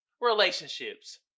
Relationships